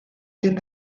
den